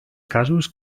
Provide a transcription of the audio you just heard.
casos